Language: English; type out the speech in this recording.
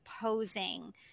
posing